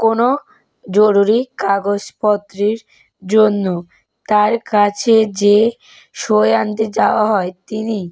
কোনো জরুরি কাগজপত্রের জন্য তার কাছে যে সই আনতে যাওয়া হয় তিনি